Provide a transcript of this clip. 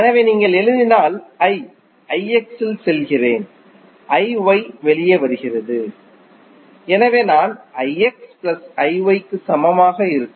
எனவே நீங்கள் எழுதினால் I இல் செல்கிறேன் வெளிவருகிறது எனவே நான் க்கு சமமாக இருக்கும்